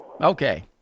Okay